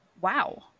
Wow